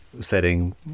setting